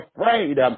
afraid